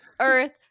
Earth